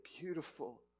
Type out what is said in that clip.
beautiful